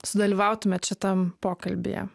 sudalyvautumėt šitam pokalbyje